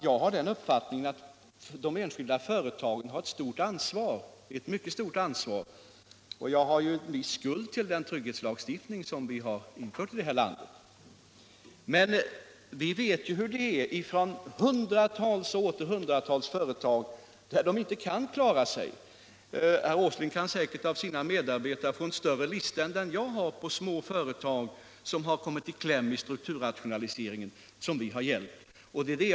Jag har den uppfattningen att de enskilda företagen har ett mycket stort ansvar, och jag har en viss skuld till den trygghetslagstiftning som vi har infört i vårt land. Men vi vet ju hur det är i hundratals och åter hundratals företag. De kan inte klara sig. Herr Åsling kan säkert av sina medarbetare få en längre lista än den jag har på småföretag som har kommit i kläm i strukturomvandlingen och som samhället har hjälpt.